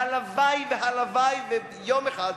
שהלוואי והלוואי שיום אחד,